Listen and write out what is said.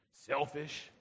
selfish